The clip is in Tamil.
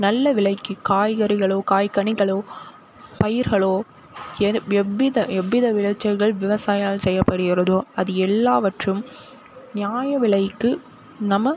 நல்ல விலைக்கு காய்கறிகளோ காய்கனிகளோ பயிர்களோ எது எவ்வித எவ்வித விளைச்சல்கள் விவசாயால் செய்யப்படுகிறதோ அது எல்லாவற்றும் நியாய விலைக்கு நம்ம